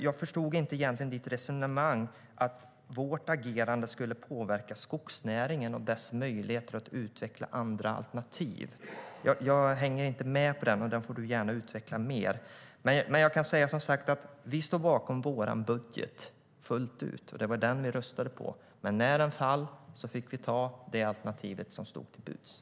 Jag förstod inte egentligen ditt resonemang, Isak From, om att vårt agerande skulle påverka skogsnäringen och dess möjligheter att utveckla alternativ. Jag hänger inte med där. Du får gärna utveckla detta mer.